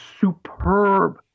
superb